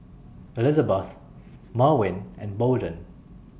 Elizebeth Merwin and Bolden